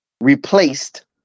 replaced